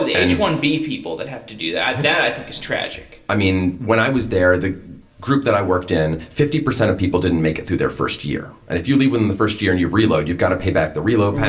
ah the h one b people that have to do that. that i think is tragic. i mean, when i was there, the group that i worked in, fifty percent of people didn't make it through their first year. and if you leave in the first year and you reload, you've got to pay back the reload